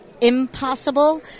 impossible